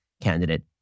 candidate